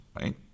right